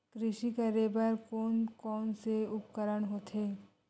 कृषि करेबर कोन कौन से उपकरण होथे?